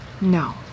No